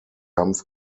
kampf